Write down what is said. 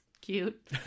cute